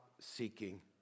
seeking